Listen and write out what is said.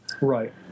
Right